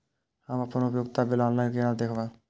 हम अपन उपयोगिता बिल ऑनलाइन केना देखब?